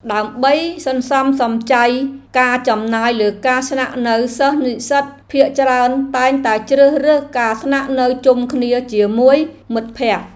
ដើម្បីសន្សំសំចៃការចំណាយលើការស្នាក់នៅសិស្សនិស្សិតភាគច្រើនតែងតែជ្រើសរើសការស្នាក់នៅជុំគ្នាជាមួយមិត្តភក្តិ។